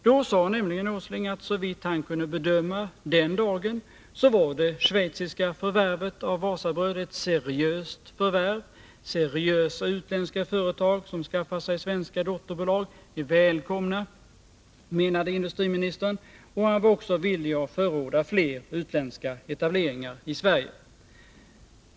Då sade nämligen Nils Åsling att såvitt han kunde bedöma den dagen så var det schweiziska förvärvet av Wasabröd ett seriöst förvärv. Seriösa utländska företag som skaffar sig svenska dotterbolag är välkomna, menade industriministern, och han var också villig att förorda fler utländska etableringar i Sverige.